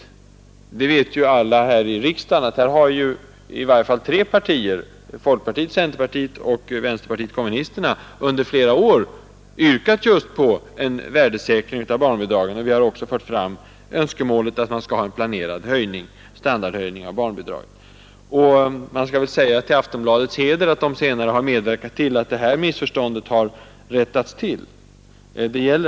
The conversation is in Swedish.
Alla vet, åtminstone här i riksdagen, att i varje fall tre partier — folkpartiet, centerpartiet och vänsterpartiet kommunisterna — under flera år har yrkat just på en värdesäkring av barnbidragen, och vi har också fört fram önskemålet att man skall ha en planerad standardhöjning av barnbidragen. Det skall väl också till Aftonbladets heder sägas att tidningen sedan medverkat till att detta misstag rättats till.